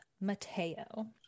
Mateo